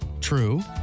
True